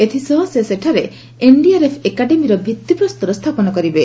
ଏଥିସହ ସେ ସେଠାରେ ଏନ୍ଡିଆର୍ଏଫ୍ ଏକାଡେମୀର ଭିତ୍ତିପ୍ରସ୍ତର ସ୍ଥାପନ କରିବେ